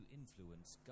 influence